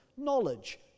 knowledge